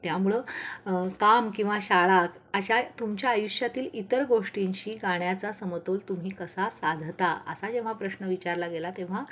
त्यामुळं काम किंवा शाळा अशा तुमच्या आयुष्यातील इतर गोष्टींशी गाण्याचा समतोल तुम्ही कसा साधता असा जेव्हा प्रश्न विचारला गेला तेव्हा